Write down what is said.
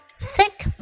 thick